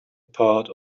part